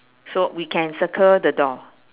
so we can circle the door